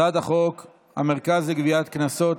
הצעת חוק המרכז לגביית קנסות,